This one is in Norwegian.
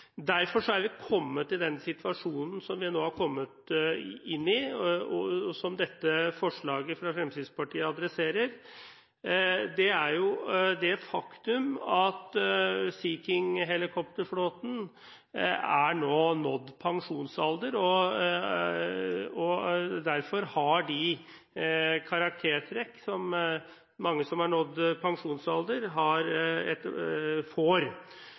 Derfor er vi kommet i den situasjonen som vi nå har kommet i, og som dette forslaget fra Fremskrittspartiet adresserer, det faktum at Sea King-helikopterflåten nå har nådd pensjonsalder og derfor har fått karaktertrekk som mange som har nådd pensjonsalder, får. Det er klart at godt vedlikehold – og der har